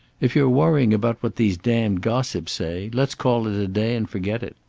if you're worrying about what these damned gossips say, let's call it a day and forget it.